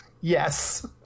yes